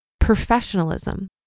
professionalism